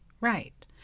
Right